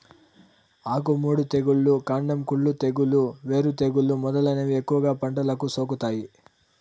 ఆకు మాడు తెగులు, కాండం కుళ్ళు తెగులు, వేరు తెగులు మొదలైనవి ఎక్కువగా పంటలకు సోకుతాయి